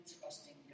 trusting